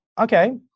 okay